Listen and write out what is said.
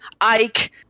Ike